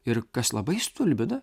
ir kas labai stulbina